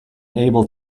able